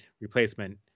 replacement